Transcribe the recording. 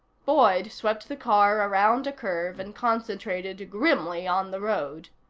boyd swept the car around a curve and concentrated grimly on the road.